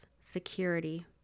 security